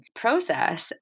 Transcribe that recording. process